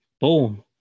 Boom